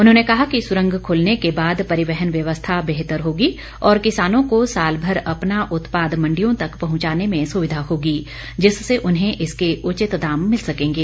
उन्होंने कहा कि सुरंग खुलने के बाद परिवहन व्यवस्था बेहतर होगी और किसानों को सालभर अपना उत्पाद मण्डियों तक पहुंचाने में सुविधा होगी जिससे उन्हें इसके उचित दाम मिल सकेंगे